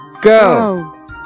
Go